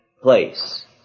place